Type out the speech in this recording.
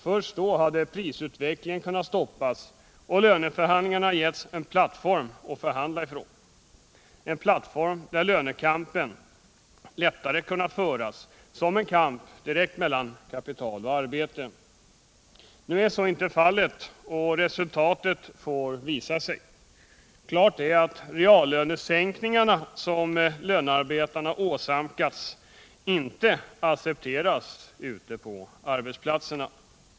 Först därigenom hade prisutvecklingen kunnat stoppas och löneförhandlingarna givits en plattform att förhandla ifrån, en plattform där lönekampen lättare hade kunnat föras som en kamp direkt mellan kapital och arbete. Nu är så inte fallet, och resultatet får visa sig. Klart är att de reallönesänkningar som lönearbetarna åsamkats inte accepteras ute på arbetsplatserna.